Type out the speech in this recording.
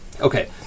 Okay